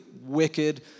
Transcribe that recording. wicked